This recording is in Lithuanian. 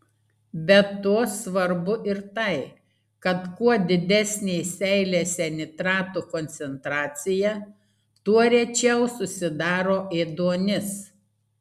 be to svarbu ir tai kad kuo didesnė seilėse nitratų koncentracija tuo rečiau susidaro ėduonis